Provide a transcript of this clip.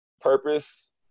purpose